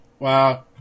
Wow